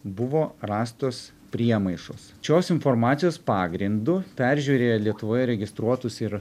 buvo rastos priemaišos šios informacijos pagrindu peržiūrėję lietuvoje registruotus ir